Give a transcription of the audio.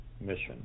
mission